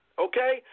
okay